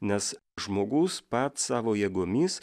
nes žmogus pats savo jėgomis